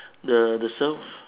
the the surf